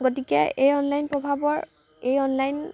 গতিকে এই অনলাইন প্ৰভাৱৰ এই অনলাইন